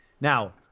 Now